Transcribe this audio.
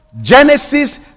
Genesis